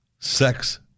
Sex